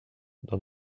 dans